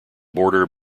border